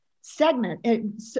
segment